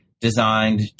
designed